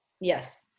yes